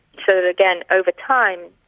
so that again, over time,